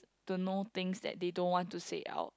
to know things that they don't want to say out